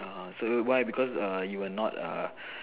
uh so y~ why because err you were not err